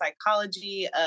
psychology